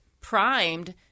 primed